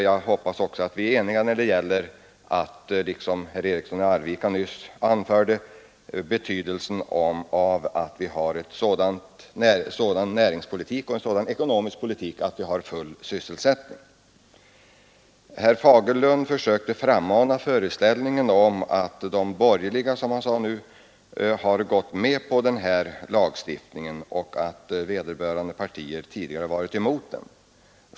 Jag hoppas att vi också är eniga om det som herr Eriksson i Arvika nyss anförde, nämligen betydelsen av att vi har en sådan näringspolitik och en sådan ekonomisk politik att vi får full sysselsättning. Herr Fagerlund försökte frammana föreställningen att de borgerliga, som han sade, nu har gått med på den här lagstiftningen men att de tidigare varit emot den.